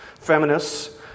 feminists